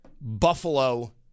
Buffalo